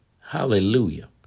Hallelujah